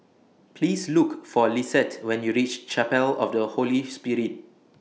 Please Look For Lisette when YOU REACH Chapel of The Holy Spirit